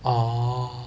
orh